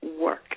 work